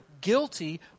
guilty